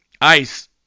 Ice